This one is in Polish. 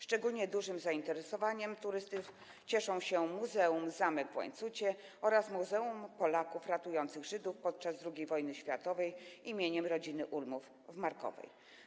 Szczególnie dużym zainteresowaniem turystów cieszą się Muzeum - Zamek w Łańcucie oraz Muzeum Polaków Ratujących Żydów podczas II Wojny Światowej im. Rodziny Ulmów w Markowej.